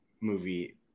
movie